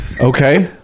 Okay